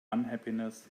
unhappiness